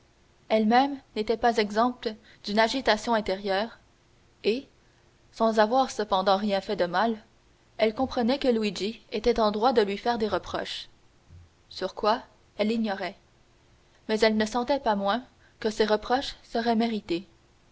elle-même n'était pas exempte d'une agitation intérieure et sans avoir cependant rien fait de mal elle comprenait que luigi était en droit de lui faire des reproches sur quoi elle l'ignorait mais elle ne sentait pas moins que ces reproches seraient mérités